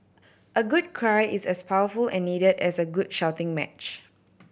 a good cry is as powerful and needed as a good shouting match